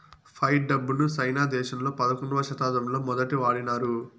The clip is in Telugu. ఫైట్ డబ్బును సైనా దేశంలో పదకొండవ శతాబ్దంలో మొదటి వాడినారు